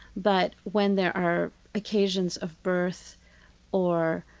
but when there are occasions of birth or